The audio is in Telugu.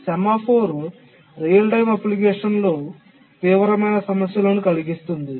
సెమాఫోర్ రియల్ టైమ్ అప్లికేషన్లో తీవ్రమైన సమస్యలను కలిగిస్తుంది